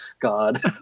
God